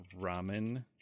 Ramen